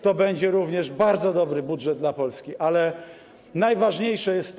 To będzie również bardzo dobry budżet dla Polski, ale najważniejsze jest to, że.